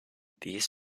these